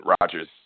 Rogers